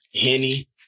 Henny